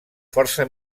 força